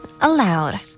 aloud